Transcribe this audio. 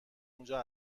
اونجا